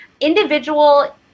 individual